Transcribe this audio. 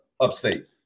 upstate